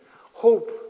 Hope